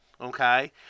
okay